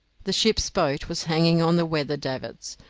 the ship's boat was hanging on the weather davits,